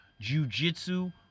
Jiu-jitsu